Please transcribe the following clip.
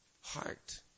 heart